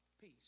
peace